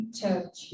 church